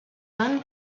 done